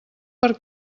per